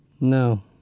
No